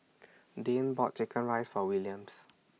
Dayne bought Chicken Rice For Williams